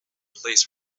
place